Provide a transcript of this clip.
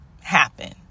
happen